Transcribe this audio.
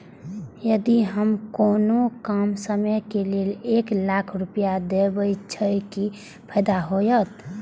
यदि हम कोनो कम समय के लेल एक लाख रुपए देब छै कि फायदा होयत?